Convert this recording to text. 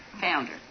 founder